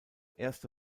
erste